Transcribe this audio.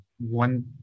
one